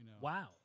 Wow